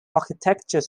architecture